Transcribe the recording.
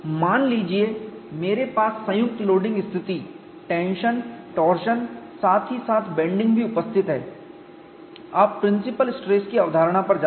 मान लीजिए मेरे पास संयुक्त लोडिंग स्थिति टेंशन टोर्जन साथ ही साथ बैंडिंग भी उपस्थित है आप प्रिंसिपल स्ट्रेस की अवधारणा पर जाते हैं